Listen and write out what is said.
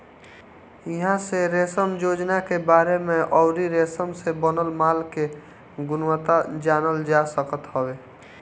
इहां से रेशम योजना के बारे में अउरी रेशम से बनल माल के गुणवत्ता जानल जा सकत हवे